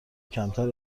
کمتر